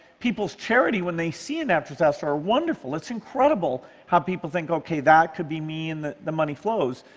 people's charity, when they see a natural disaster, are wonderful. it's incredible how people think, okay, that could be me, and the the money flows.